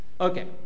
Okay